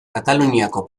kataluniako